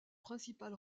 principal